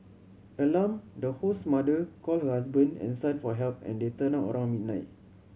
alarmed the host's mother called her husband and son for help and they turned up around midnight